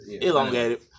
Elongated